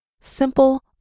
simple